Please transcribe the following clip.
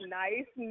nice